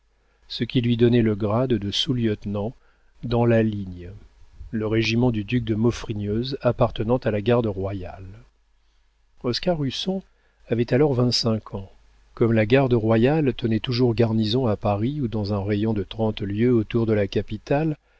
ce qui lui donnait le grade de sous-lieutenant dans la ligne le régiment du duc de maufrigneuse appartenant à la garde royale oscar husson avait alors vingt-cinq ans comme la garde royale tenait toujours garnison à paris ou dans un rayon de trente lieues autour de la capitale